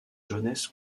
jones